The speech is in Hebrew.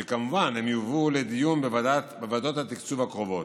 וכמובן, הן יובאו לדיון בוועדות התקצוב הקרובות.